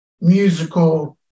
musical